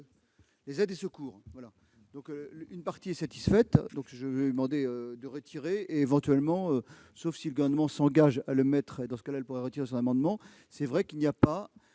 les aides et secours